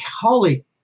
holy